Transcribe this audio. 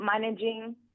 managing